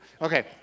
Okay